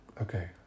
Okay